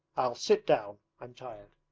i'll sit down. i'm tired.